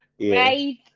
right